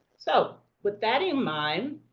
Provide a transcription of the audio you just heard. so, with that in mind,